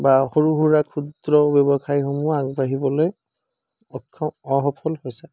বা সৰু সুৰা ক্ষুদ্ৰ ব্যৱসায়সমূহ আগবাঢ়িবলৈ অক্ষম অসফল হৈছে